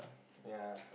ya